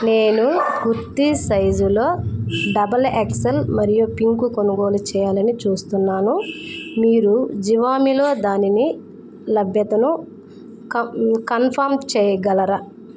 నేను కుర్తి సైజ్లో double XL మరియు పింక్ కొనుగోలు చెయ్యాలని చూస్తున్నాను మీరు జివామెలో దాని లభ్యతను కన్ఫర్మ్ చెయ్యగలరా